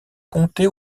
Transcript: comtés